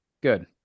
Good